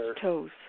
toes